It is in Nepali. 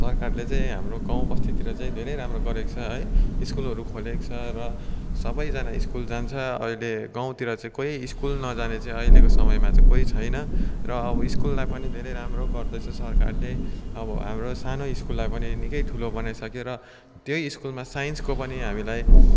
सरकारले चाहिँ हाम्रो गाउँ बस्तितिर चाहिँ धेरै राम्रो गरेको छ है स्कुलहरू खोलेको छ र सबैजना स्कुल जान्छ अहिले गाउँतिर चाहिँ कोही स्कुल नजाने चाहिँ अहिलेको समयमा चाहिँ कोही छैन र अब स्कुललाई पनि धेरै राम्रो गर्दैछ सरकारले अब हाम्रो सानो स्कुललाई पनि निकै ठुलो बनाइसक्यो र त्यही स्कुलमा साइन्सको पनि हामीलाई